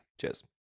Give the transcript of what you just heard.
cheers